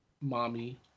Mommy